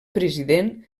president